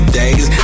days